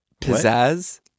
Pizzazz